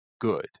good